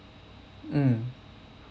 mm